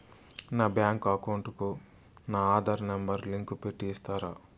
నా bank account కు నా ఆధార్ నెంబర్ లింకు పెట్టి ఇస్తారా?